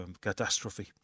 catastrophe